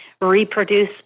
reproduce